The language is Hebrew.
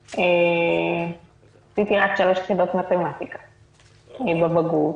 עשיתי רק שלוש יחידות מתמטיקה בבגרות,